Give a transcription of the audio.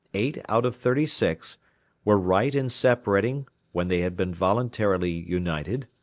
eight out of thirty-six, were right in separating when they had been voluntarily united?